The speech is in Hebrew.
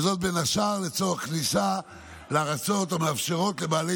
בין השאר לצורך כניסה לארצות שמאפשרות לבעלי